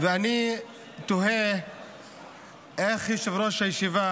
ואני תוהה איך יושב-ראש הישיבה